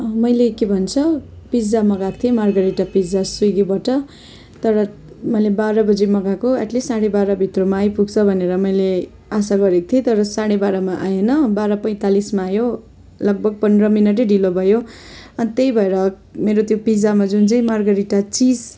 मैले के भन्छ पिज्जा मगाएको थिएँ मार्गरिटा पिज्जा सुइगीबाट तर मैले बाह्र बजी मगाएको एटलिस्ट साढे बाह्र बजीभित्रमा आइपुग्छ भनेर मैले आशा गरेको थिएँ तर साढे बाह्रमा आएन बाह्र पैँतालिसमा आयो लगभग पन्ध्र मिनटै ढिलो भयो अनि त्यही भएर मेरो त्यो पिज्जामा जुन चाहिँ मार्गरिटा चिज